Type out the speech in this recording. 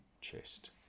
chest